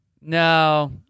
no